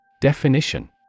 Definition